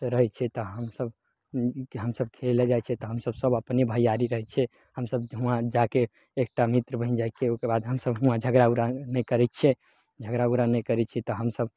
रहय छियै तऽ हमसभ हमसभ खेलय जाइ छियै तऽ हमसभ सभ अपने भैयारी रहय छियै हमसभ हुआँ जाके एकटा मित्र बनि जाइ छियै ओइके बाद हमसभ हुआँ झगड़ा उगड़ा नहि करय छियै झगड़ा उगड़ा नहि करय छियै तऽ हमसभ